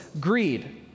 greed